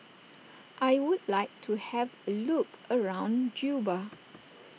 I would like to have a look around Juba